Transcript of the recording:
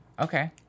Okay